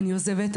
אני עוזבת,